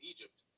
Egypt